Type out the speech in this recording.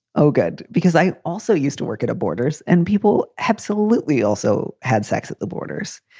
oh, good. because i also used to work at a borders and people absolutely also had sex at the borders,